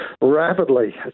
Rapidly